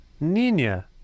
nina